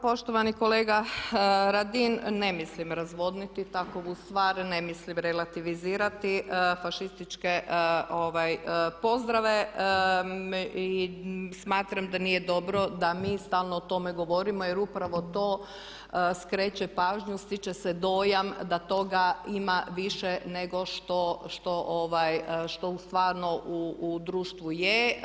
Poštovani kolega Radin, ne mislim razvodniti, takvu stvar ne mislim relativizirati, fašističke pozdrave i smatram da nije dobro da mi stalno o tome govorimo jer upravo to skreće pažnju, stiče se dojam da toga ima više nego što ovaj, što u stvarno u društvu je.